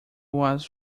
was